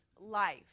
life